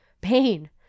pain